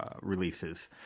releases